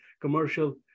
commercial